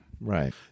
Right